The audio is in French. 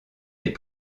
les